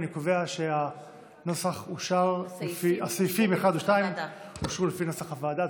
אני קובע שהסעיפים 1 ו-2 אושרו לפי נוסח הוועדה.